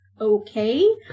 okay